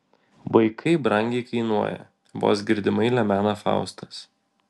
vaikai brangiai kainuoja vos girdimai lemena faustas